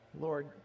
Lord